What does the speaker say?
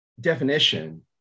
definition